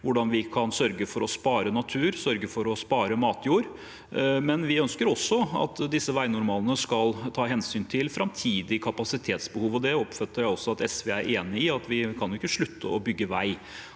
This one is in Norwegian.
hvordan vi kan sørge for å spare natur og matjord, men vi ønsker også at disse veinormalene skal ta hensyn til framtidig kapasitetsbehov. Jeg oppfatter også at SV er enig i at vi ikke kan slutte å bygge vei.